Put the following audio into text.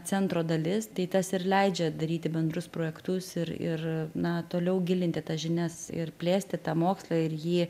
centro dalis tai tas ir leidžia daryti bendrus projektus ir ir na toliau gilinti žinias ir plėsti tą mokslą ir jį